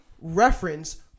reference